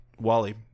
Wally